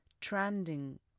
Trending